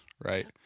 right